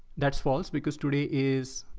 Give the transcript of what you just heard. that's false because today is,